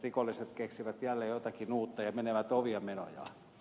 rikolliset keksivät jälleen jotakin uutta ja menevät omia menojaan